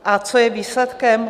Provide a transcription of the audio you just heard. A co je výsledkem?